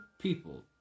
people